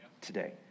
today